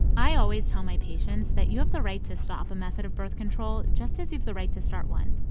i always tell my patients that you have the right to stop a method of birth control just as you have the right to start one.